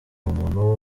umuntu